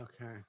Okay